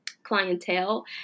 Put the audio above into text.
Clientele